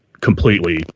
completely